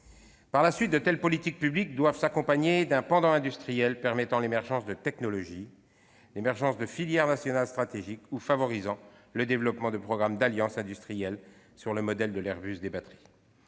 Par la suite, de telles politiques publiques devront s'accompagner d'un pendant industriel permettant l'émergence de technologies et de filières nationales stratégiques et favorisant le développement de programmes d'alliances industrielles sur le modèle de l'« Airbus des batteries